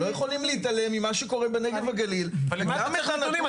-- לא יכולים להתעלם ממה שקורה בנגב ובגליל --- למה אתה צריך נתונים?